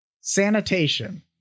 sanitation